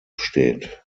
steht